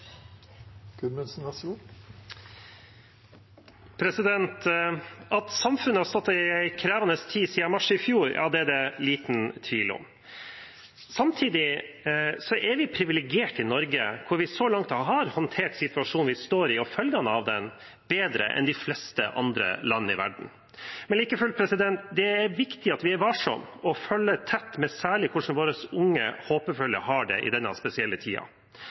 At samfunnet har stått i en krevende tid siden mars i fjor – ja, det er det liten tvil om. Samtidig er vi privilegert i Norge, der vi så langt har håndtert situasjonen vi står i, og følgene av den, bedre enn de fleste andre land i verden. Men like fullt: Det er viktig at vi er varsomme og følger dette tett, særlig hvordan våre unge, håpefulle har det i denne spesielle